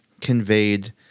conveyed